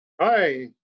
Hi